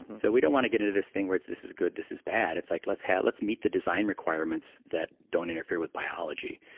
so, we don't want to get into this thing where this is good, this is bad. it's like let's yeah let's meet the design requirements that don't interfere with biology.